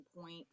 point